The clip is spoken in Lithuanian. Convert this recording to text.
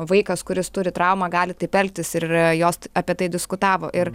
vaikas kuris turi traumą gali taip elgtis ir jos apie tai diskutavo ir